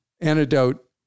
Antidote